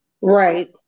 Right